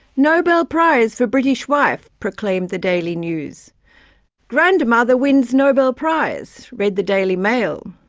nobel prize for british wife proclaimed the daily news grandmother wins nobel prize, read the daily mail!